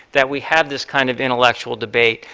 that we have this kind of intellectual debate,